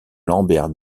lambert